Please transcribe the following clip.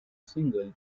single